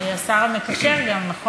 קארין, מה שלומך?